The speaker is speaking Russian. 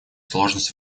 сложность